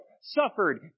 suffered